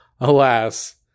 alas